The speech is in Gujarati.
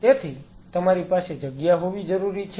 તેથી તમારી પાસે જગ્યા હોવી જરૂરી છે